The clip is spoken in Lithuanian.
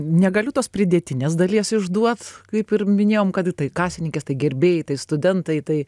negaliu tos pridėtinės dalies išduot kaip ir minėjom kad tai kasininkės gerbėjai tai studentai tai